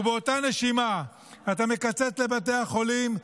ובאותה נשימה אתה מקצץ לבתי החולים,